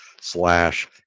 slash